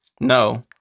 No